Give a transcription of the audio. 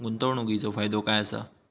गुंतवणीचो फायदो काय असा?